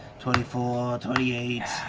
twenty four, twenty eight,